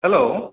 hello